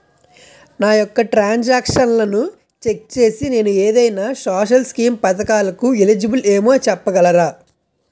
నా యెక్క ట్రాన్స్ ఆక్షన్లను చెక్ చేసి నేను ఏదైనా సోషల్ స్కీం పథకాలు కు ఎలిజిబుల్ ఏమో చెప్పగలరా?